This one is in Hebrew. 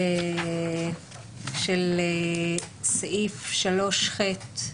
של סעיף 3ח,